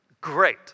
great